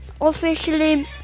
officially